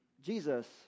Jesus